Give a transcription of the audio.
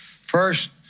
First